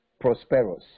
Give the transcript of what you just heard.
prosperous